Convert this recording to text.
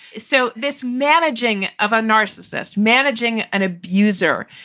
so this managing of a narcissist, managing an abuser,